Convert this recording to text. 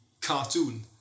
cartoon